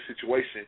situation